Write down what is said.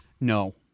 No